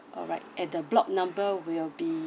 alright and the block number will be